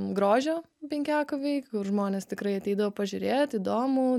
grožio penkiakovei žmonės tikrai ateidavo pažiūrėt įdomu